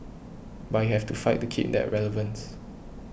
but you have to fight to keep that relevance